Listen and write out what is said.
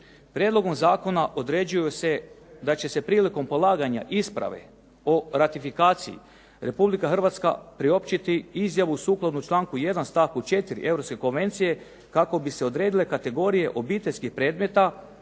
Prijedlogom zakona određuju se da će se prilikom polaganja isprave o ratifikaciji Republika Hrvatska priopćiti izjavu sukladno članku 1. stavku 4. Europske konvencije kako bi se odredile kategorije obiteljskih predmeta,